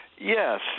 Yes